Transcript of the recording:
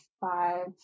five